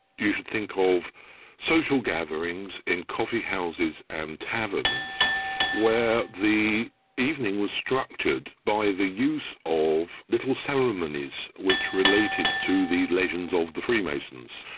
you should think of social gatherings in coffee houses and taverns where the evening was structured by the use of little ceremonies which related to the legends of the freemasons.